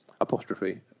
apostrophe